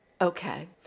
okay